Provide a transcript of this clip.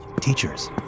teachers